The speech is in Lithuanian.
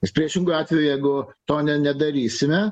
nes priešingu atveju jeigu to nedarysime